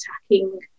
attacking